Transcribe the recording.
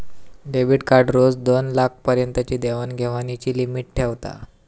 debit card रोज दोनलाखा पर्यंतची देवाण घेवाणीची लिमिट ठेवता